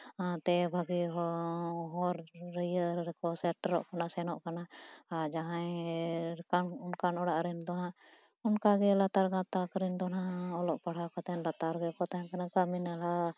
ᱚᱱᱟᱛᱮ ᱵᱷᱟᱹᱜᱤ ᱦᱚᱸ ᱦᱚᱨ ᱨᱮᱠᱚ ᱥᱮᱴᱮᱨᱚᱜ ᱠᱟᱱᱟ ᱥᱮᱱᱚᱜ ᱠᱟᱱᱟ ᱟᱨ ᱡᱟᱦᱟᱸᱭ ᱚᱱᱠᱟᱱ ᱚᱲᱟᱜ ᱨᱮᱱ ᱫᱚ ᱦᱟᱸᱜ ᱚᱱᱠᱟᱜᱮ ᱞᱟᱛᱟᱨ ᱜᱟᱛᱟᱠ ᱨᱮ ᱫᱚ ᱱᱟᱦᱟᱜ ᱚᱞᱚᱜ ᱯᱟᱲᱦᱟᱣ ᱠᱟᱛᱮᱫ ᱞᱟᱛᱟᱨ ᱨᱮᱜᱮ ᱠᱚ ᱛᱟᱦᱮᱱ ᱠᱟᱱᱟ ᱠᱟᱹᱢᱤ ᱱᱟᱞᱦᱟ